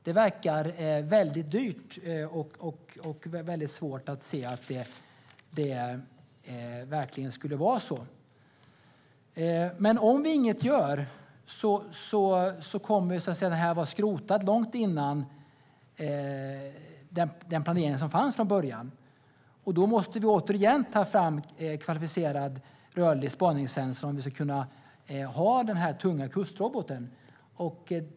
Det verkar väldigt dyrt, och jag har svårt att se att det verkligen skulle vara så. Om vi inget gör kommer det här att vara skrotat långt före den planering som fanns från början, och då måste vi återigen ta fram en kvalificerad rörlig spaningssensor om vi ska kunna ha den här tunga kustroboten.